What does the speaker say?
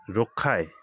রক্ষায়